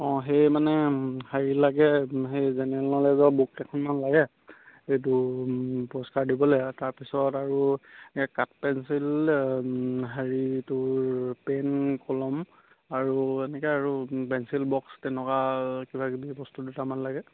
অঁ সেই মানে হেৰি লাগে সেই জেনেৰেল নলেজৰ বুক কেইখনমান লাগে এইটো পুৰস্কাৰ দিবলৈ এতিয়া তাৰপিছত আৰু এই কাঠপেঞ্চিল হেৰি তোৰ পেন কলম আৰু এনেকৈ আৰু পেঞ্চিল বক্স তেনেকুৱা কিবাকিবি বস্তু দুটামান লাগে